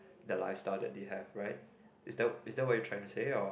their lifestyle that they have right is that is that what you're trying to say or